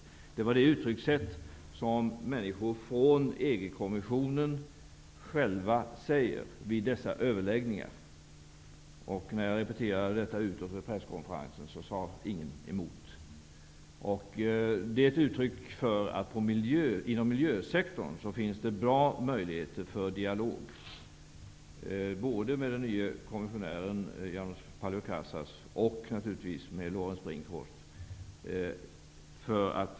Det var det uttryckssätt som personer från EG-kommissionen själva använde vid dessa överläggningar. När jag repeterade det på presskonferensen sade ingen emot. Det är ett belägg för att det inom miljösektorn finns bra möjligheter att föra dialogen vidare både med den nye kommissionären Yoannis Paleokrassas och naturligtvis med Laurens Brinkhorst.